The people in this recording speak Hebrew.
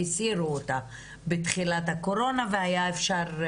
שהסירו אותה בתחילת הקורונה והיה אפשר,